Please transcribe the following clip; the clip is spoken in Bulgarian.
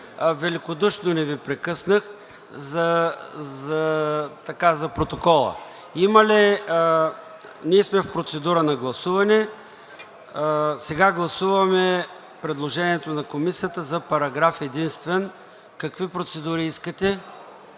великодушно не Ви прекъснах, за протокола. Ние сме в процедура на гласуване. Сега гласуваме предложението на Комисията за параграф единствен. (Реплика